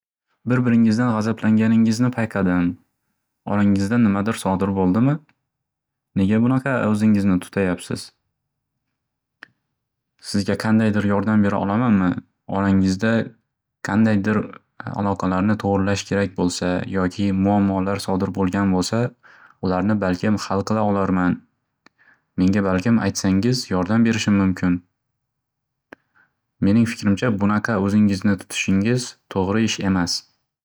Bir-biringizdan g'azablanganingizni payqadim. Orangizda nimadir sodir bo'ldimi? Nega bunaqa o'zingizni tutayabsiz? Sizga qandaydir yordam beraolamanmi? Orangizda qandaydir aloqalarni to'g'irlash kerak bo'lsa, yoki muammolar sodir bo'lgan bo'lsa, ularni balkim hal qila olarman. Menga balkim aytsangiz, yordam berishim mumkin. Mening fikrimcha bunaqa o'zingizni tutishingiz tog'ri ish emas.